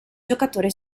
giocatore